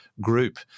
group